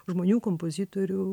žmonių kompozitorių